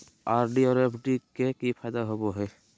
RD और FD के की फायदा होबो हइ?